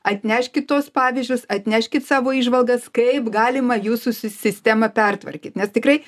atneškit tuos pavyzdžius atneškit savo įžvalgas kaip galima jūsų si sistemą pertvarkyt nes tikrai